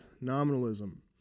nominalism